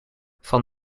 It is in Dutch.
van